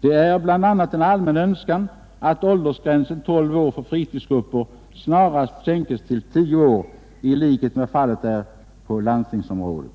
Det är bl.a. en allmän önskan att åldersgränsen tolv år för fritidsgrupper snarast sänkes till tio år i likhet med vad fallet är på landstingsområdet.